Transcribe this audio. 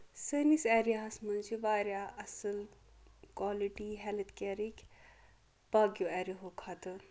سٲنِس ایریاہَس منٛز چھِ واریاہ اصٕل کولٹی ہیلَتھ کیرٕکۍ باقیو ایریاہو کھۄتہٕ